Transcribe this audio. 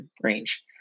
range